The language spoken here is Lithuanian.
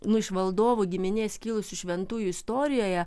nu iš valdovų giminės kilusių šventųjų istorijoje